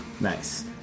Nice